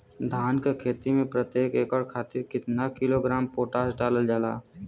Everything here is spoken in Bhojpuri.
धान क खेती में प्रत्येक एकड़ खातिर कितना किलोग्राम पोटाश डालल जाला?